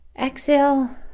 Exhale